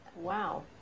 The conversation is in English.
wow